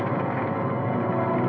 on